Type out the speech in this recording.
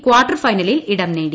quarter ഫൈനലിൽ ഇടം നേടി